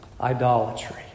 Idolatry